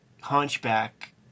hunchback